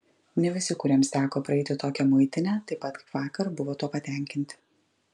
ne visi kuriems teko praeiti tokią muitinę taip pat kaip vakar buvo tuo patenkinti